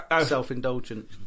self-indulgent